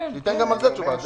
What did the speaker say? שייתן גם על זה תשובה.